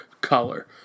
color